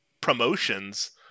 promotions